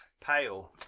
pale